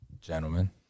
gentlemen